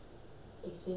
less than fifty